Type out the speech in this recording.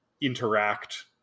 interact